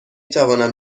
توانم